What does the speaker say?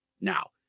Now